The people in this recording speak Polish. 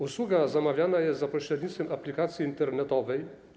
Usługa zamawiana jest za pośrednictwem aplikacji internetowej.